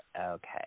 Okay